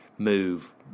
move